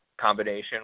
combination